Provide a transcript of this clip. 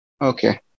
okay